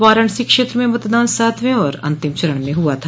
वाराणसी क्षेत्र में मतदान सातवें और अंतिम चरण में हुआ था